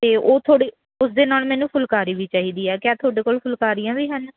ਅਤੇ ਉਹ ਥੋੜ੍ਹੀ ਉਸ ਦੇ ਨਾਲ ਮੈਨੂੰ ਫੁਲਕਾਰੀ ਵੀ ਚਾਹੀਦੀ ਹੈ ਕਿਆ ਤੁਹਾਡੇ ਕੋਲ ਫੁਲਕਾਰੀਆਂ ਵੀ ਹਨ